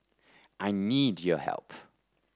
I need your help